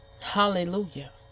hallelujah